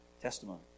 testimony